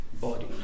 body